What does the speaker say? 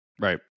Right